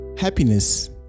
happiness